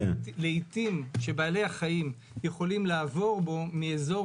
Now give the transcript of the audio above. כשבעלי החיים יכולים לעבור בו מאזור